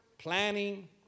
Planning